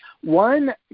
One